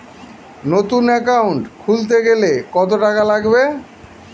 নতুন একাউন্ট খুলতে গেলে কত টাকা লাগবে?